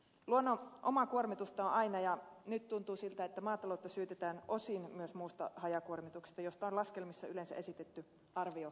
luonnon omaa kuormitusta on aina ja nyt tuntuu siltä että maataloutta syytetään osin myös muusta hajakuormituksesta joista on laskelmissa yleensä esitetty arviokertoimia